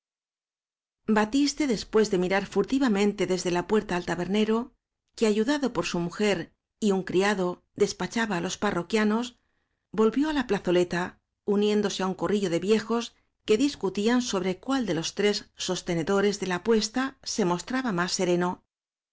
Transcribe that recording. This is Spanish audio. batiste después de mirar furtivamente desde la puerta al tabernero que ayudado por su mujer y un criado despachaba á los parro quianos volvió á la plazoleta uniéndose á un corrillo de viejos que discutían sobre cuál de los tres sostenedores de la apuesta se mostra ba más sereno